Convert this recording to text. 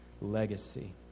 legacy